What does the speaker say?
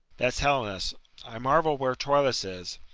that's helenus. i marvel where troilus is.